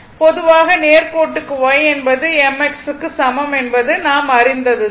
பொதுவாக நேர் கோட்டுக்கு y என்பது mx க்கு சமம் என்பது நாம் அறிந்தது தான்